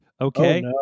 okay